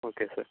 okay sir